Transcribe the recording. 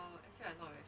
actually I'm not right